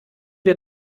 wir